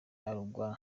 uruguay